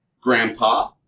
grandpa